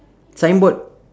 signboard